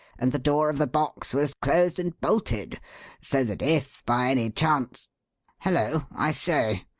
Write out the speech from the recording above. and the door of the box was closed and bolted so that if by any chance hullo! i say!